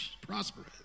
Prosperous